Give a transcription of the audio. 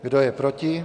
Kdo je proti?